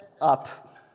up